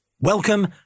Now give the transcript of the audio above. Welcome